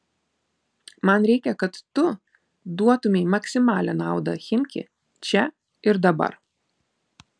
man reikia kad tu duotumei maksimalią naudą chimki čia ir dabar